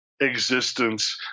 existence